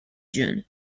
june